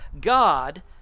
God